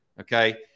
Okay